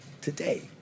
today